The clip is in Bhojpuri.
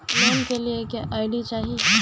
लोन के लिए क्या आई.डी चाही?